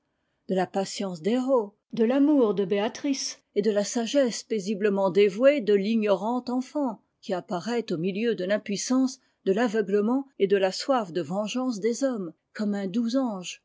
fou dela patience d'héro de l'amour de béatrice et de la sagesse paisiblement dévouée de l'ignorante enfant i qui apparaît jmoreacne venise iii a au milieu de l'impuissance de l'aveuglement et de la soif de vengeance des hommes comme un doux ange